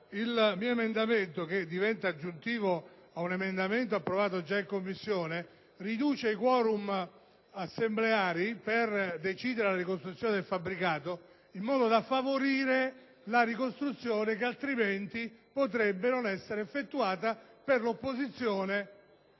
il mio emendamento, che diventa aggiuntivo ad un emendamento approvato già in Commissione, riduce i *quorum* assembleari per decidere la ricostruzione del fabbricato. Questo, al fine di favorirla. Infatti, in caso contrario, potrebbe anche non essere effettuata per l'opposizione